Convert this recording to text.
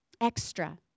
extra